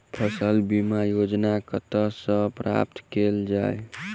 फसल बीमा योजना कतह सऽ प्राप्त कैल जाए?